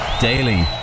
Daily